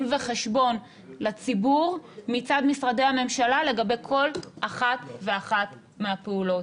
וחשבון לציבור מצד משרדי הממשלה לגבי כל אחת ואחת מהפעולות.